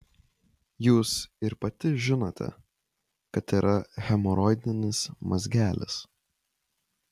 jūs ir pati žinote kad yra hemoroidinis mazgelis